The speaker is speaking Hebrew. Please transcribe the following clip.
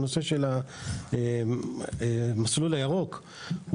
׳המסלול ירוק׳,